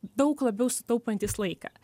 daug labiau sutaupantis laiką